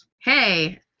hey